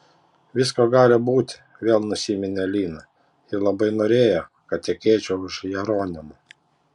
visko gali būti vėl nusiminė lina ji labai norėjo kad tekėčiau už jeronimo